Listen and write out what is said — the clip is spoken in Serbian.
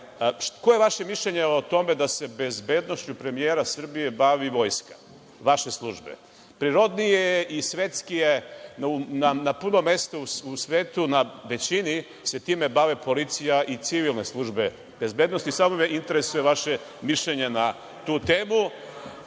koje je vaše mišljenje o tome da se bezbednošću premijera Srbije bavi Vojska, vaše službe? Prirodnije je, svetskije, na puno mesta u svetu, na većini se time bave policija i civilne službe bezbednosti. Samo me interesuje vaše mišljenje na tu temu. Ima